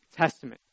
Testament